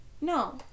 No